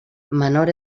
menor